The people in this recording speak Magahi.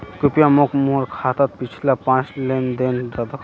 कृप्या मोक मोर खातात पिछला पाँच लेन देन दखा